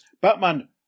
Batman